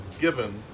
given